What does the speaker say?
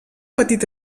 petit